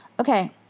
Okay